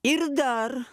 ir dar